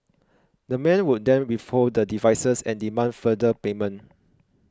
the men would then withhold the devices and demand further payment